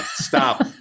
Stop